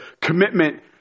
commitment